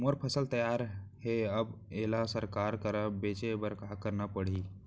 मोर फसल तैयार हे अब येला सरकार करा बेचे बर का करना पड़ही?